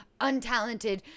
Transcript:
untalented